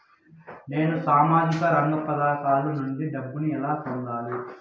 నేను సామాజిక రంగ పథకాల నుండి డబ్బుని ఎలా పొందాలి?